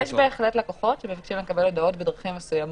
יש בהחלט לקוחות שמבקשים לקבל הודעות בדרכים מסוימות.